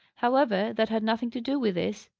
however, that had nothing to do with this.